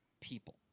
people